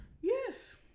Yes